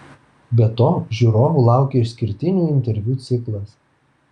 be to žiūrovų laukia išskirtinių interviu ciklas